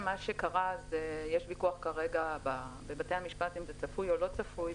יש ויכוח כרגע בבתי המשפט האם זה צפוי או לא צפוי,